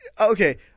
Okay